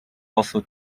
also